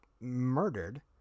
murdered